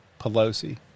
Pelosi